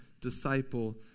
disciple